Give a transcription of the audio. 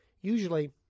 usually